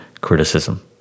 criticism